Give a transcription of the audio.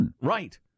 Right